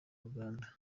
uganda